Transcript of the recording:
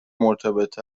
مرتبط